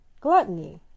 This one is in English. gluttony